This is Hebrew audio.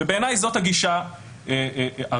בעיניי זאת הגישה הראויה.